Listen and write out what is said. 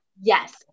Yes